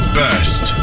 best